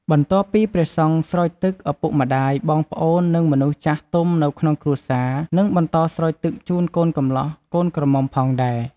បន្ទាប់ពីព្រះសង្ឃស្រោចទឹក ឪពុកម្តាយ បងប្អូន និងមនុស្សចាស់ទុំនៅក្នុងគ្រួសារ នឹងបន្តស្រោចទឹកជូនកូនកំលោះកូនក្រមុំផងដែរ។